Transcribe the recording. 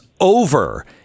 over